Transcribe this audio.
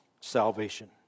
salvation